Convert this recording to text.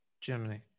germany